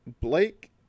Blake